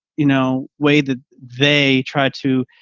you know, way that they try to,